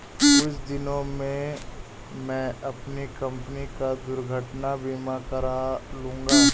कुछ दिनों में मैं अपनी कंपनी का दुर्घटना बीमा करा लूंगा